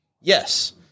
Yes